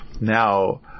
Now